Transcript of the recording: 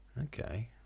Okay